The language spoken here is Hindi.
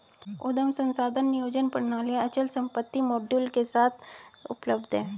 उद्यम संसाधन नियोजन प्रणालियाँ अचल संपत्ति मॉड्यूल के साथ उपलब्ध हैं